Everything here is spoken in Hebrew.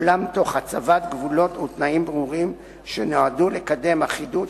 אולם תוך הצבת גבולות ותנאים ברורים שנועדו לקדם אחידות,